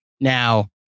Now